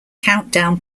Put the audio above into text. countdown